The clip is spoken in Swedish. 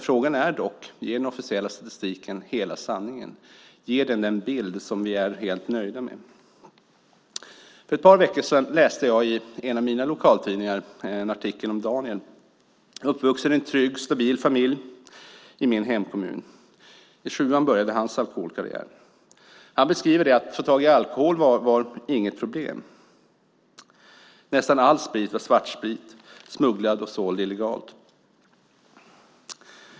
Frågan är dock om den officiella statistiken ger hela sanningen. Ger den en bild som vi är helt nöjda med? För ett par veckor sedan läste jag i en av mina lokaltidningar en artikel om Daniel. Han är uppvuxen i en trygg, stabil familj i min hemkommun. I sjuan började hans alkoholkarriär. Han beskriver att det inte var något problem att få tag i alkohol. Nästan all sprit var svartsprit, smugglad och såld illegalt.